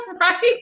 Right